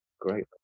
great